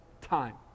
time